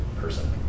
person